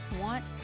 want